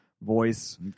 voice